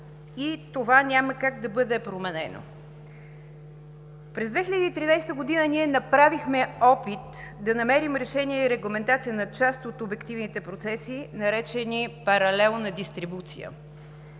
и това няма как да бъде променено. През 2013 г. ние направихме опит да намерим решение и регламентация на част от обективните процеси, наречени „паралелна дистрибуция“,